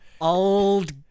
Old